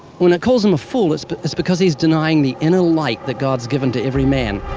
when it calls him a fool, it's but it's because he's denying the inner light that god's given to every man,